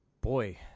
Boy